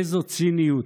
איזו ציניות.